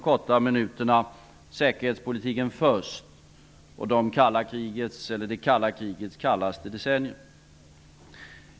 Först något om säkerhetspolitiken och det kalla krigets kallaste decennier.